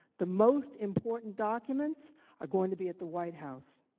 the most important documents are going to be at the white house.